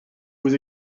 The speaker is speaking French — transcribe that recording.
vous